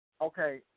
Okay